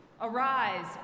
Arise